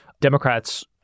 Democrats